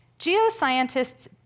Geoscientists